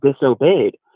disobeyed